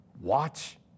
watch